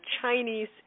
Chinese